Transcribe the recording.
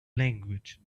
language